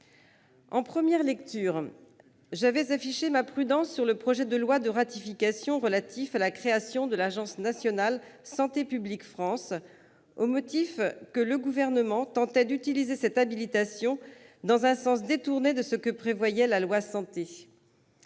En première lecture, j'avais affiché ma prudence sur le projet de loi de ratification relatif à la création de l'agence nationale Santé publique France, au motif que le Gouvernement tentait d'utiliser cette habilitation pour opérer un transfert définitif